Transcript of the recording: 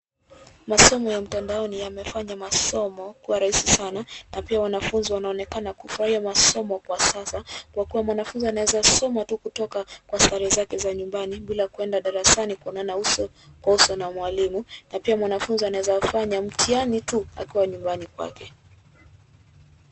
Masomo ya mtandao ni yamefanya masomo kuwa rahisi sana na pia wanafunzi wanaonekana kufurahia masomo kwa sasa kwa kuwa mwanafunzi anaweza soma tu kutoka kwa starehe zake za nyumbani bila kwenda darasani kuonana uso kwa uso na mwalimu na pia mwanafunzi anaweza kufanya mtihani tu akiwa nyumbani kwake.